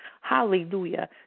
Hallelujah